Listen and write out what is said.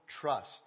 trust